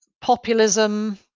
populism